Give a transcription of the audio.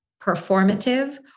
performative